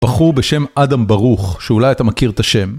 בחור בשם אדם ברוך, שאולי אתה מכיר את השם.